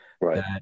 Right